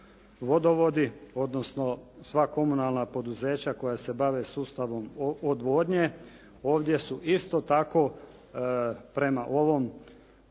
vodovodi odnosno sva komunalna poduzeća koja se bave sustavom odvodnje ovdje su isto tako prema ovom